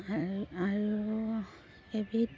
আৰু আৰু এবিধ